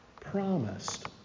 Promised